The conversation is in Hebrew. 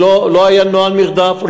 לא היה נוהל מרדף,